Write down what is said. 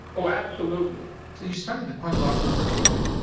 oh absolutely. so you studied quite a large number of people.